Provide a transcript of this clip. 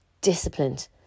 disciplined